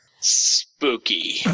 spooky